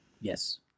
Yes